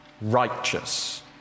righteous